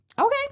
Okay